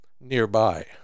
nearby